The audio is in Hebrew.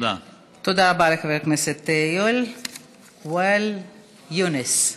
תודה רבה לחבר הכנסת ואאל יונס.